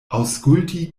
aŭskulti